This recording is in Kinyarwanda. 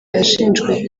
yashinjwe